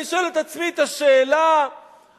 אני שואל את עצמי את השאלה המאוד-תמימה: